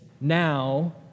now